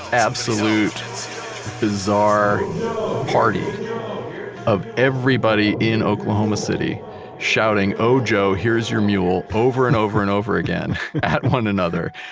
absolute bizarre party of everybody in oklahoma city shouting, oh joe here's your mule. over and over and over again at one another.